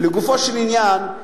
לגופו של עניין,